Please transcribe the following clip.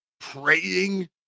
praying